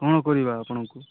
କ'ଣ କରିବା ଆପଣଙ୍କୁ